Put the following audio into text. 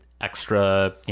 extra